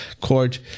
court